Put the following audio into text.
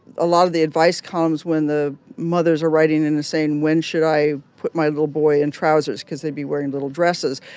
a lot of the advice columns, when the mothers were writing in and saying, when should i put my little boy in trousers because they'd be wearing little dresses,